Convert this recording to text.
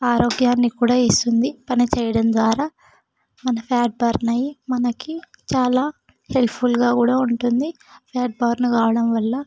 ఆరోగ్యాన్ని కూడా ఇస్తుంది పనిచేయడం ద్వారా మన ఫ్యాట్ బర్న్ అయి మనకి చాలా హెల్ప్ఫుల్గా కూడా ఉంటుంది ఫ్యాట్ బర్న్ కావడం వల్ల